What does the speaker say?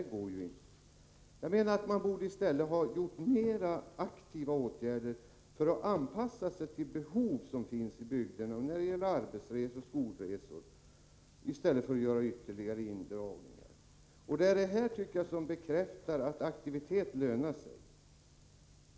Jag menar att man i stället borde ha vidtagit mer aktiva åtgärder för att anpassa sig till de behov som finns i bygderna, t.ex. när det gäller arbetsresor och skolresor, i stället för att göra ytterligare indragningar. Det är detta som bekräftar att aktivitet lönar sig, tycker jag.